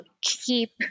keep